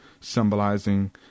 symbolizing